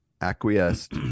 acquiesced